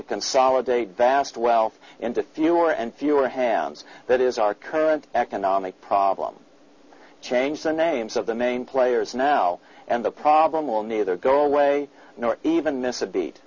to consolidate vast wealth into fewer and fewer hands that is our current economic problem change the names of the main players now and the problem will neither go away nor even miss a beat